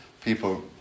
people